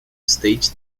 state